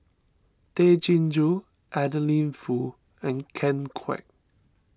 Tay Chin Joo Adeline Foo and Ken Kwek